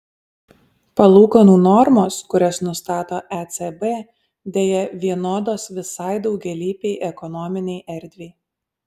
palūkanų normos kurias nustato ecb deja vienodos visai daugialypei ekonominei erdvei